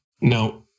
Now